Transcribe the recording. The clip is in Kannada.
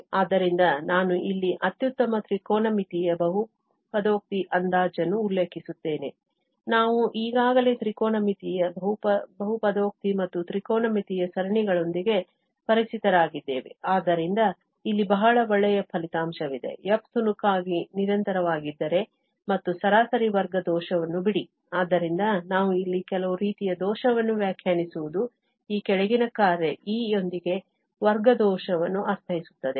ಆದ್ದರಿಂದ ನಾನು ಇಲ್ಲಿ ಅತ್ಯುತ್ತಮ ತ್ರಿಕೋನಮಿತೀಯ ಬಹುಪದೋಕ್ತಿ ಅಂದಾಜನ್ನು ಉಲ್ಲೇಖಿಸುತ್ತೇನೆ ನಾವು ಈಗಾಗಲೇ ತ್ರಿಕೋನಮಿತೀಯ ಬಹುಪದೋಕ್ತಿ ಮತ್ತು ತ್ರಿಕೋನಮಿತಿಯ ಸರಣಿಗಳೊಂದಿಗೆ ಪರಿಚಿತರಾಗಿದ್ದೇವೆ ಆದ್ದರಿಂದ ಇಲ್ಲಿ ಬಹಳ ಒಳ್ಳೆಯ ಫಲಿತಾಂಶವಿದೆ f ತುಣುಕಾಗಿ ನಿರಂತರವಾಗಿದ್ದರೆ ಮತ್ತು ಸರಾಸರಿ ವರ್ಗ ದೋಷವನ್ನು ಬಿಡಿ ಆದ್ದರಿಂದ ನಾವು ಇಲ್ಲಿ ಕೆಲವು ರೀತಿಯ ದೋಷವನ್ನು ವ್ಯಾಖ್ಯಾನಿಸುವುದು ಈ ಕೆಳಗಿನ ಕಾರ್ಯ E ಯೊಂದಿಗೆ ವರ್ಗ ದೋಷವನ್ನು ಅರ್ಥೈಸುತ್ತದೆ